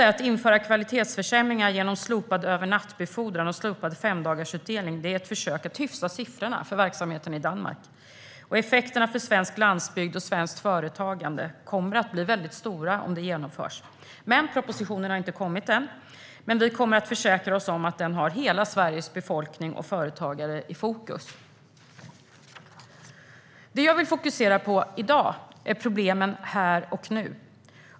Att införa kvalitetsförsämringar genom slopad övernattbefordran och slopad femdagarsutdelning är ett försök att hyfsa siffrorna för verksamheten i Danmark. Effekterna för svensk landsbygd och svenskt företagande kommer att bli väldigt stora om det genomförs. Propositionen har inte kommit än. Men vi kommer att försäkra oss om att den har hela Sveriges befolkning och företagare i fokus. Det jag vill fokusera på i dag är problemen här och nu.